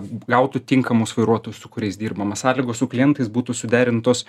gautų tinkamus vairuotojus su kuriais dirbama sąlygos su klientais būtų suderintos